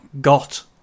got